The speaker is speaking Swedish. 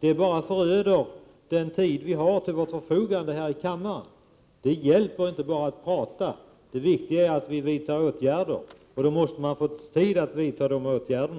Det bara föröder den tid vi har till vårt förfogande här i riksdagen. Det hjälper inte att bara tala, det viktiga är att vi vidtar åtgärder. Då måste vi också få tid att vidta dessa åtgärder.